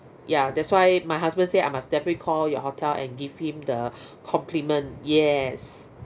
ya that's why my husband say I must definitely call your hotel and give him the compliment yes